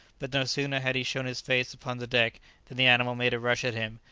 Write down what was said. but no sooner had he shown his face upon the deck than the animal made a rush at him,